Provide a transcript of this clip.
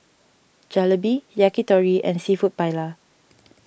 Jalebi Yakitori and Seafood Paella